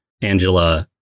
Angela